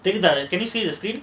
data can you see the screen